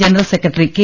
general secretary K